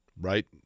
right